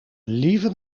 liever